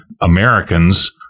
Americans